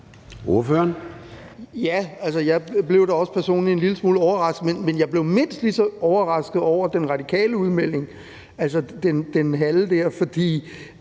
(EL): Ja, altså, jeg blev da personligt også en lille smule overrasket, men jeg blev mindst lige så overrasket over De Radikales udmelding, altså den der